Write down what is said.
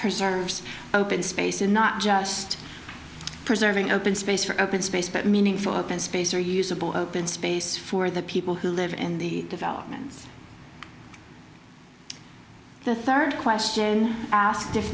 preserves open space in not just preserving open space for open space but meaningful open space or usable open space for the people who live in the developments the third question asked if